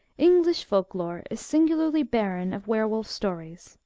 english folk-lore is singularly barren of were-wolf stories,